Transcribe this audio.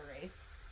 race